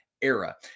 era